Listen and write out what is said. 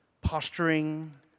posturing